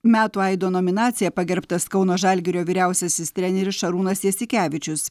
metų aido nominacija pagerbtas kauno žalgirio vyriausiasis treneris šarūnas jasikevičius